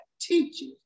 teaches